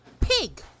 Pig